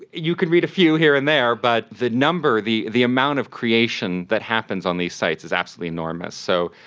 you can read a few here and there, but the number, the the amount of creation that happens on these sites is absolutely enormous. so,